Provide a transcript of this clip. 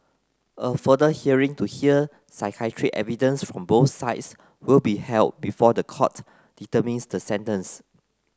a further hearing to hear psychiatric evidence from both sides will be held before the court determines the sentence